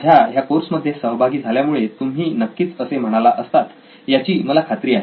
माझ्या ह्या कोर्समध्ये सहभागी झाल्यामुळे तुम्ही नक्कीच असेच म्हणाला असतात याची मला खात्री आहे